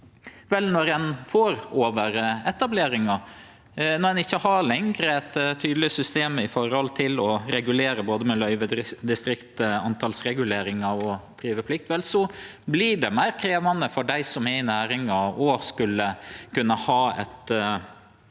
Når ein får overetablering, når ein ikkje lenger har eit tydeleg system for å regulere, både med løyvedistrikt, antalsregulering og driveplikt, vert det meir krevjande for dei som er i næringa, å skulle kunne ha ei